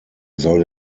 soll